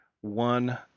one